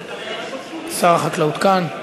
שר החקלאות כאן.